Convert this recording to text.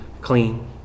clean